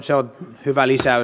se on hyvä lisäys